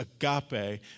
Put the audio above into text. agape